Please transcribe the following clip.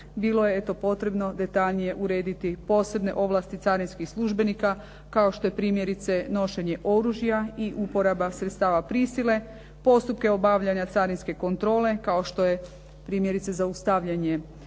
bilo je eto potrebno detaljnije urediti posebne ovlasti carinskih službenika, kao što je primjerice nošenje oružja i uporaba sredstava prisile. Postupka obavljanja carinske kontrole, kao što je primjerice zaustavljanje